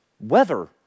weather